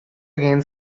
again